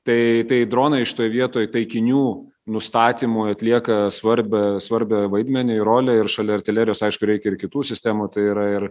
tai tai dronai šitoj vietoj taikinių nustatymo atlieka svarbią svarbią vaidmenį rolę ir šalia artilerijos aišku reikia ir kitų sistemų tai yra ir